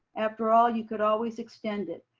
after all you could always extend it.